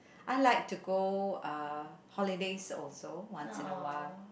I like to go uh holidays also once in a while